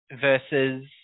versus